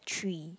three